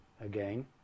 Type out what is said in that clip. again